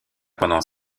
pendant